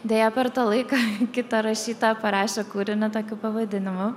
deja per tą laiką kita rašytoja parašė kūrinį tokiu pavadinimu